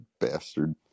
bastard